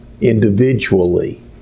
individually